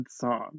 song